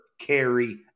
carry